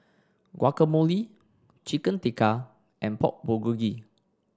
Guacamole Chicken Tikka and Pork Bulgogi